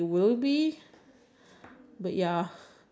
art art I would ya I feel like art is quite use